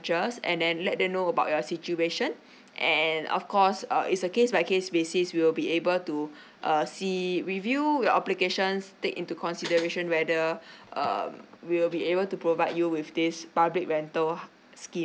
and then let them know about your situation and of course uh is a case by case basis we will be able to uh see review your applications take into consideration whether um we will be able to provide you with this public rental scheme